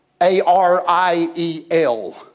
Ariel